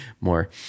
more